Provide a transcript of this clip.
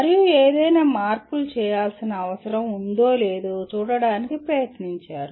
మరియు ఏదైనా మార్పులు చేయాల్సిన అవసరం ఉందో లేదో చూడటానికి ప్రయత్నించారు